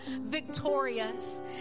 victorious